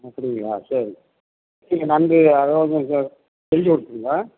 அப்படிங்களா சரி நீங்கள் நன்கு அதாவது நீங்கள் செஞ்சு கொடுத்துருங்க